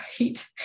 right